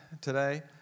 today